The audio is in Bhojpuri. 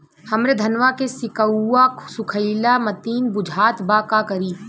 हमरे धनवा के सीक्कउआ सुखइला मतीन बुझात बा का करीं?